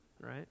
right